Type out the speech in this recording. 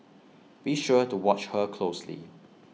be sure to watch her closely